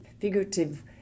figurative